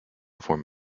form